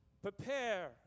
Prepare